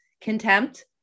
contempt